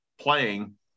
playing